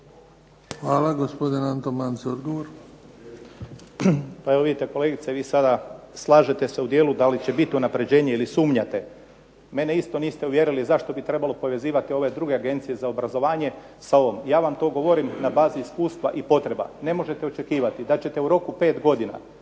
Hvala. Gospodin Anton Mance,